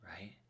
right